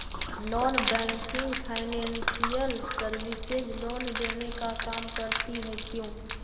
Non banking financial services loan देने का काम करती है क्यू?